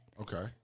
Okay